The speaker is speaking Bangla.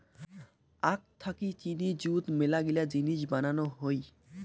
আখ থাকি চিনি যুত মেলাগিলা জিনিস বানানো হই